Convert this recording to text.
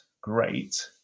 great